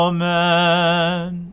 Amen